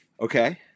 Okay